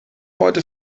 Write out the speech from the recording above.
heute